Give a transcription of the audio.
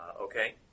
Okay